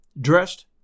dressed